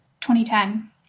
2010